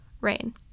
rain